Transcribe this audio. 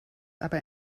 aber